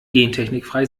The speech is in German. gentechnikfrei